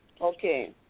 Okay